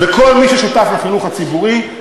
וכל מי ששותף לחינוך הציבורי,